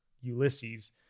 Ulysses